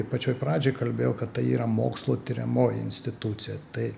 pačioj pradžioj kalbėjau kad tai yra mokslo tiriamoji institucija tai